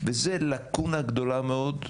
וזה לקונה גדולה מאוד.